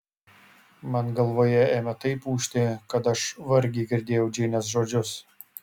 man galvoje ėmė taip ūžti kad aš vargiai girdėjau džeinės žodžius